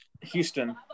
Houston